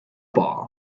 ball